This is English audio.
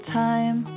time